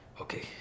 Okay